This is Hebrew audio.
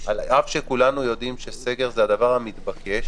על אף שכולנו יודעים שסגר זה הדבר המתבקש,